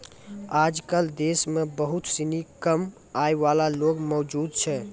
आजकल देश म बहुत सिनी कम आय वाला लोग मौजूद छै